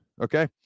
Okay